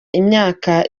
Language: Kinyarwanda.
imyaka